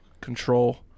control